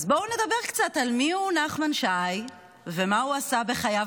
אז בואו נדבר קצת על מי הוא נחמן שי ומה הוא עשה בחייו,